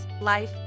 life